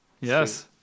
Yes